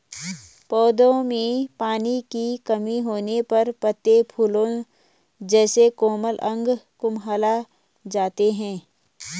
पौधों में पानी की कमी होने पर पत्ते, फूल जैसे कोमल अंग कुम्हला जाते हैं